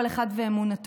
כל אחד ואמונתו,